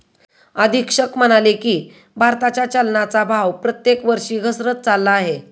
अधीक्षक म्हणाले की, भारताच्या चलनाचा भाव प्रत्येक वर्षी घसरत चालला आहे